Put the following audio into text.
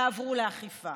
תעברו לאכיפה,